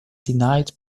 denied